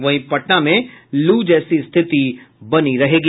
वहीं पटना में लू जैसी स्थिति बनी रहेगी